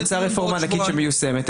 בוצעה רפורמה ענקית שמיושמת.